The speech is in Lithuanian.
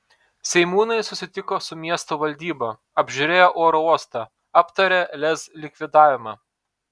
seimūnai susitiko su miesto valdyba apžiūrėjo oro uostą aptarė lez likvidavimą